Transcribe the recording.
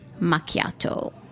Macchiato